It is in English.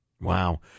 Wow